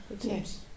Yes